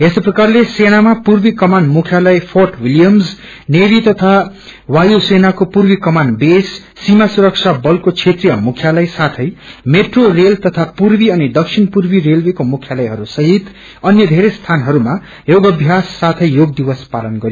यस्तै प्रकारले सेनामा पूर्वी कमान मुख्यालय फ्रेंट विलियम्स नेवी तथा वायुसेनाक्रे पूर्वी कमान बेस सीमा सुरक्षा बलको क्षेत्रिय मुख्यालय साथै मेट्रो रेल तथा पूर्वी अनि दक्षिण पूर्वी रेलवेको मुख्यालयहरू सहित अन्य धेरै स्वानहरूमा योगाभ्यास साथै योग दिवस पालन गरियो